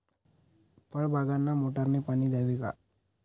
फळबागांना मोटारने पाणी द्यावे का?